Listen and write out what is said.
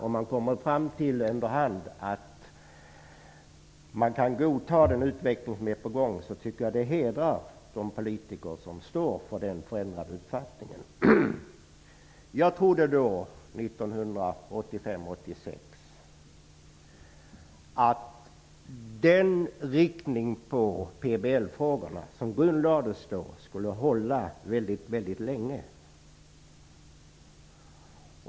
Om man under hand kommer fram till att man kan godta den utveckling som är på gång, tycker jag att det hedrar de politiker som står för den ändrade uppfattningen. 1985/86 trodde jag att den riktning i PBL-frågorna som då grundlades skulle hålla väldigt länge.